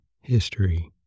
History